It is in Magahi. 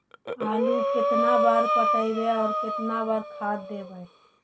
आलू केतना बार पटइबै और केतना बार खाद देबै?